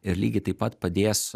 ir lygiai taip pat padės